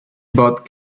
but